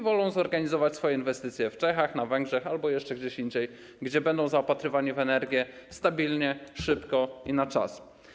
Wolą zrealizować swoje inwestycje w Czechach, na Węgrzech albo jeszcze gdzieś indziej, gdzie będą zaopatrywani w energię stabilnie, szybko i na czas.